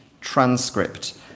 transcript